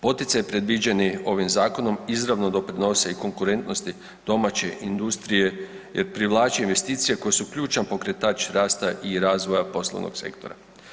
Poticaji predviđeni ovim zakonom izravno doprinose i konkurentnosti domaće industrije jer privlače investicije koje su ključan pokretač rasta i razvoja poslovnog sektora.